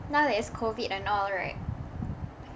now is COVID and all right